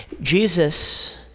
Jesus